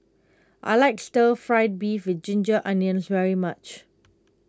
I like Stir Fried Beef with Ginger Onions very much